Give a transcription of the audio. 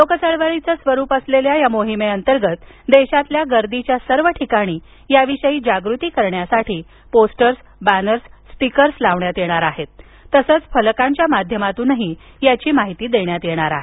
लोक चळवळीचं स्वरूप असलेल्या या मोहिमेअंतर्गत देशातील गर्दीच्या सर्व ठिकाणी याविषयी जागृती करण्यासाठी पोस्टर्स बॅनर्स स्टिकर्स लावण्यात येणार आहेत तसंच फलकांच्या माध्यमातून याची माहितीही देणार आहे